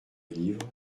livre